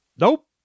Nope